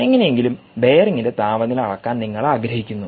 എങ്ങനെയെങ്കിലും ബെയറിംഗിൻറെ താപനില അളക്കാൻ നിങ്ങൾ ആഗ്രഹിക്കുന്നു